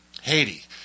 Haiti